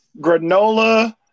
granola